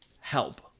help